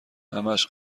همش